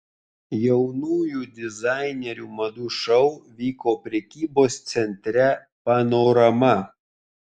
jaunųjų dizainerių madų šou vyko prekybos centre panorama